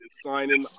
signing